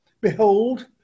Behold